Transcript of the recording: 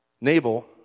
Nabal